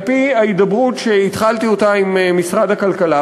על-פי ההידברות שהתחלתי עם משרד הכלכלה,